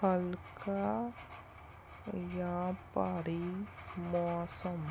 ਹਲਕਾ ਜਾਂ ਭਾਰੀ ਮੌਸਮ